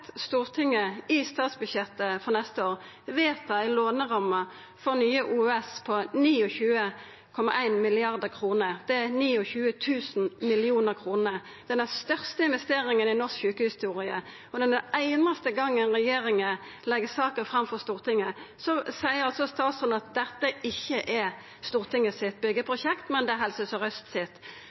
Stortinget, i statsbudsjettet for neste år, vedta ei låneramme for nye OUS på 29,1 mrd. kr. Det er 29 000 mill. kr. Det er den største investeringa i norsk sjukehushistorie, men den einaste gongen regjeringa legg saka fram for Stortinget, seier statsråden at dette ikkje er Stortingets byggjeprosjekt, men at det er Helse Sør-Øst sitt.